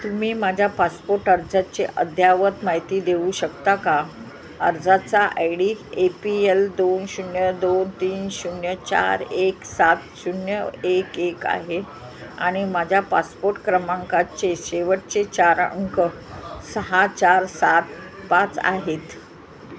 तुम्ही माझ्या पासपोट अर्जाचे अद्ययावत माहिती देऊ शकता का अर्जाचा I D A P L दोन शून्य दोन तीन शून्य चार एक सात शून्य एक एक आहे आणि माझ्या पासपोट क्रमांकाचे शेवटचे चार अंक सहा चार सात पाच आहेत